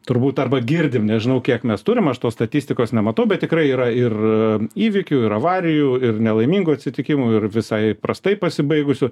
turbūt arba girdim nežinau kiek mes turim aš tos statistikos nematau bet tikrai yra ir įvykių ir avarijų ir nelaimingų atsitikimų ir visai prastai pasibaigusių